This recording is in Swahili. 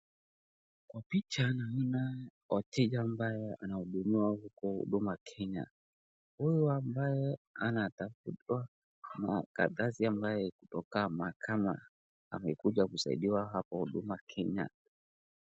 Kwa picha naona mteja ambaye anahudumiwa huko huduma Kenya. Huyu ambaye anatafuta karatasi ambayo iko kama amekuja kusaidiwa hapo huduma Kenya.